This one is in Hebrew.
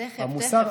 תכף, תכף.